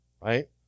right